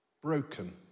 broken